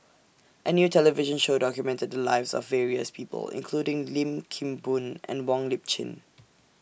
A New television Show documented The Lives of various People including Lim Kim Boon and Wong Lip Chin